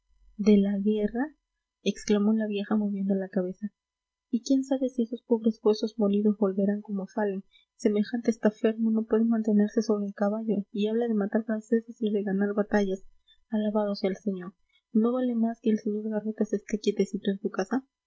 de la guerra exclamó la vieja moviendo la cabeza y quién sabe si esos pobres huesos molidos volverán como salen semejante estafermo no puede mantenerse sobre el caballo y habla de matar franceses y de ganar batallas alabado sea el señor no vale más que el sr garrote se esté quietecito en su casa